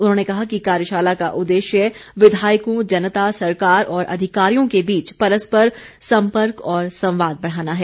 उन्होंने कहा कि कार्यशाला का उद्देश्य विधायकों जनता सरकार और अधिकारियों के बीच परस्पर सम्पर्क और संवाद बढ़ाना है